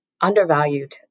undervalued